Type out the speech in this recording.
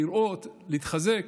לראות להתחזק,